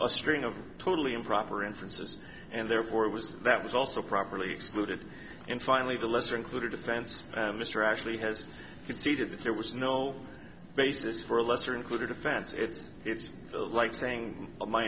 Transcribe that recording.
a string of totally improper inferences and therefore it was that was also properly excluded and finally the lesser included offense mr actually has conceded that there was no basis for a lesser included offense is it's like saying my